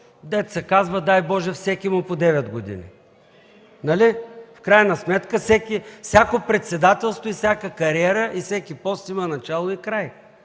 както се казва, дай Боже всекиму по 9 години. Нали? В крайна сметка всяко председателство, всяка кариера и всеки пост има начало и край.